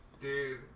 Dude